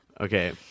Okay